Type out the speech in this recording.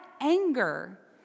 anger